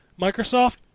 Microsoft